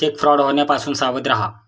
check fraud होण्यापासून सावध रहा